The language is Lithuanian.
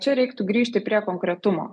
čia reiktų grįžti prie konkretumo